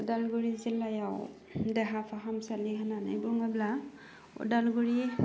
अदालगुरि जिल्लायाव देहा फाहामसालि होननानै बुङोब्ला अदालगुरि